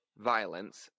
violence